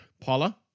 Paula